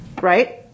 right